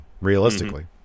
realistically